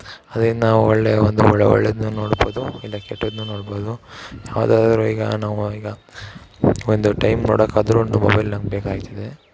ಅದರಿಂದ ನಾವು ಒಳ್ಳೆಯ ಒಂದು ಒಳ್ಳೆದನ್ನೂ ನೋಡ್ಬೌದು ಇಲ್ಲ ಕೆಟ್ಟುದ್ದನ್ನೂ ನೋಡ್ಬೌದು ಯಾವ್ದಾದರೂ ಈಗ ನಾವು ಈಗ ಒಂದು ಟೈಮ್ ನೋಡೋಕಾದ್ರು ಒಂದು ಮೊಬೈಲ್ ನಮ್ಗೆ ಬೇಕಾಯ್ತದೆ